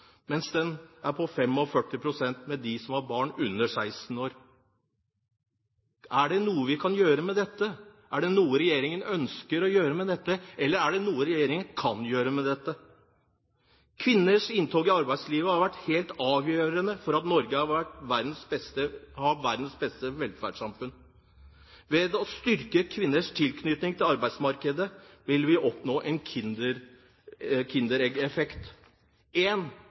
mens den er på 45 pst. for kvinner med barn under 16 år. Er det noe vi kan gjøre med dette? Er det noe regjeringen ønsker å gjøre med dette? Eller er det noe regjeringen kan gjøre med dette? Kvinners inntog i arbeidslivet har vært helt avgjørende for at Norge har verdens beste velferdssamfunn. Ved å styrke kvinners tilknytning til arbeidsmarkedet vil vi oppnå en